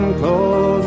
close